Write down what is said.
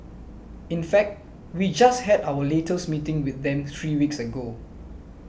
in fact we just had our latest meeting with them three weeks ago